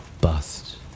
bust